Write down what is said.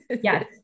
Yes